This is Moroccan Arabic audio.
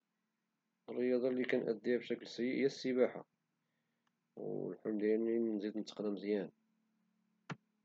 الرياضة لي كنأديها بشكل سيء هي السباحة والحلم ديالي أنني نزيد نتقنا مزيان